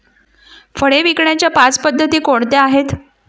फळे विकण्याच्या पाच पद्धती कोणत्या आहेत?